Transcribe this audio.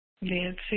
Nancy